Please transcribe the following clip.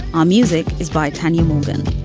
ah music is by tanya move-in.